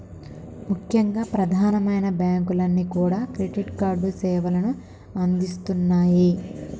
ముఖ్యంగా ప్రధానమైన బ్యాంకులన్నీ కూడా క్రెడిట్ కార్డు సేవలను అందిస్తున్నాయి